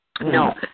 No